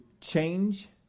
change